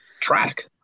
Track